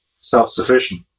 self-sufficient